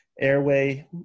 airway